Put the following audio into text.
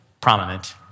prominent